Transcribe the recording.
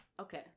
Okay